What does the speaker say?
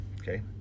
Okay